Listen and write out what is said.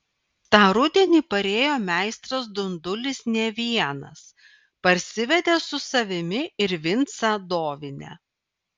tą rudenį parėjo meistras dundulis ne vienas parsivedė su savimi ir vincą dovinę